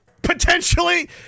Potentially